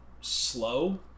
slow